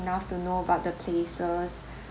enough to know about the places